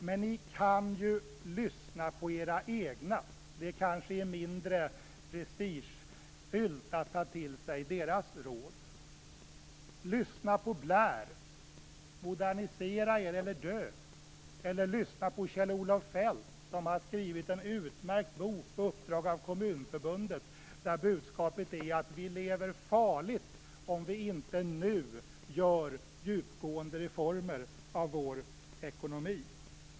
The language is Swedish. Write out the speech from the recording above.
Men ni kan ju lyssna på era egna. Det kanske är mindre prestigefyllt att ta till sig deras råd. Lyssna på Blair! Modernisera er eller dö! Eller lyssna på Kjell-Olof Feldt som har skrivit en utmärkt bok på uppdrag av Kommunförbundet, där budskapet är att vi lever farligt om vi inte nu gör djupgående reformer av vår ekonomi.